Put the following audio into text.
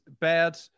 bad